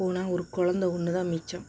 போனால் ஒரு குழந்தை ஒன்று தான் மிச்சம்